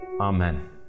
amen